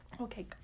Okay